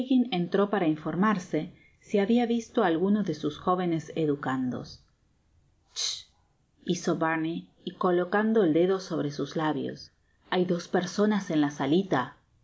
entró para informarse si habia visto á algunos de sus jovenes educandos chit hizo barney colocando el dedo sobre sus lábios hay dos personas en ia salila